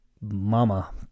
mama